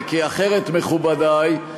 מכובדי,